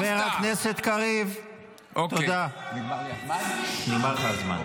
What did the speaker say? חצי מהקואליציה זה משתמטים, שהבנים שלהם משתמטים.